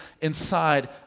inside